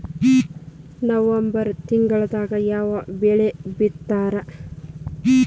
November ತಿಂಗಳದಾಗ ಯಾವ ಬೆಳಿ ಬಿತ್ತತಾರ?